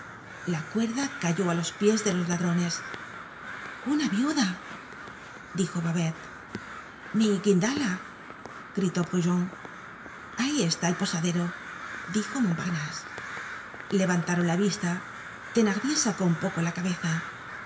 la cuerda cayó á los pies de los ladrones unaviuda dijo babet mi guindala gritó brujon ahí está el posadero dijo montparnase levantaron la vista thenardier sacó un poco la cabeza